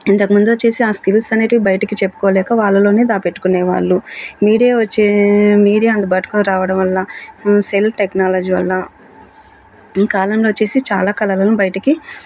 ఇంతకుముందు వచ్చేసి ఆ స్కిల్స్ అనేటివి బయటకి చెప్పుకోలేక వాళ్ళలోనే దాచి పెట్టుకునే వాళ్ళు మీడియా వచ్చే మీడియా అందు బాటుకు రావడం వల్ల సెల్ టెక్నాలజీ వల్ల ఈ కాలంలో వచ్చేసి చాలా కళలను బయటికి